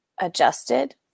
adjusted